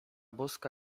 boska